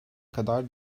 kadar